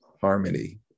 harmony